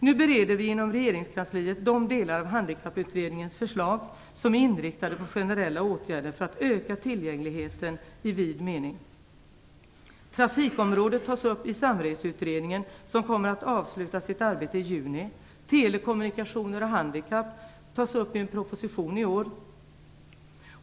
Nu bereder vi inom regeringskansliet de delar av Handikapputredningens förslag som är inriktade på generella åtgärder för att öka tillgängligheten i vid mening. Trafikområdet tas upp i Samreseutredningen, som kommer att avsluta sitt arbete i juni. Telekommunikationer och handikapp tas upp i en proposition i år.